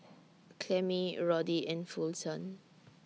Clemmie Roddy and Fulton